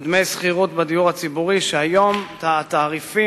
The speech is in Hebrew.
ודמי שכירות בדיור הציבורי, והיום התעריפים,